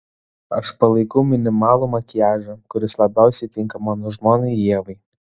aš palaikau minimalų makiažą kuris labiausiai tinka mano žmonai ievai